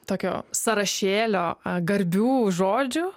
tokio sąrašėlio garbių žodžių